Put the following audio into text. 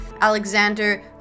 Alexander